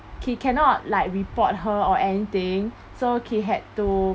he cannot like report her or anything so he had to